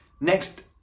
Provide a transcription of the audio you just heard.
Next